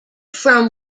from